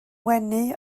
wenu